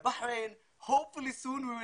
ומבחינה פנימית זה בעצם אחת מהטעויות שצריך